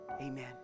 amen